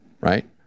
right